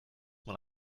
man